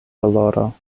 doloro